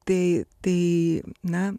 tai tai na